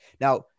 now